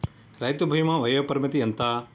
రైతు బీమా వయోపరిమితి ఎంత?